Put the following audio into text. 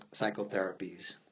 psychotherapies